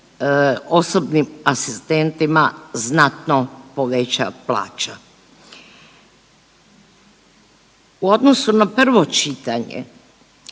osobnim asistentima znatno poveća plaća. U odnosu na prvo čitanje